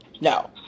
no